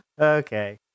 Okay